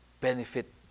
benefit